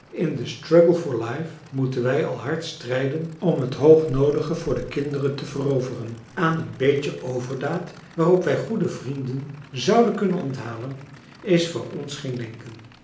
in den struggle for life moeten wij al hard strijden om het hoognoodige voor de kinderen te veroveren aan een beetje overdaad waarop wij goede vrienden zouden kunnen onthalen is voor ons geen denken